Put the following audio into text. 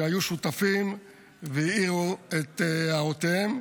שהיו שותפים והביאו את הערותיהם.